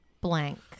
blank